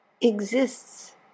exists